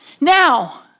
Now